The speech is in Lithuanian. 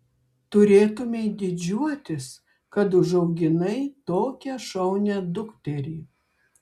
turėtumei didžiuotis kad užauginai tokią šaunią dukterį